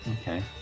okay